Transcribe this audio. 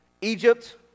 Egypt